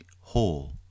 whole